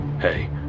Hey